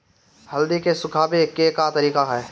हल्दी के सुखावे के का तरीका ह?